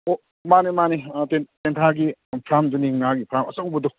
ꯑꯣ ꯃꯥꯟꯅꯦ ꯃꯥꯟꯅꯦ ꯑꯥ ꯑꯥ ꯇꯦꯟꯊꯥꯒꯤ ꯐ꯭ꯔꯥꯝꯗꯨꯅꯤ ꯉꯥꯒꯤ ꯐ꯭ꯔꯥꯝ ꯑꯆꯧꯕꯗꯣ